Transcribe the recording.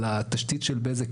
על התשתית של בזק,